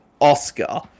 Oscar